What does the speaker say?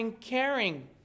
caring